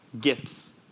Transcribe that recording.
Gifts